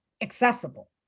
accessible